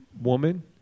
woman